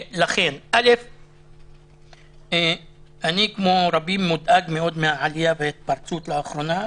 אני כמו רבים מודאג מהעלייה ומההתפרצות לאחרונה,